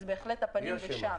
אז בהחלט הפנים לשם.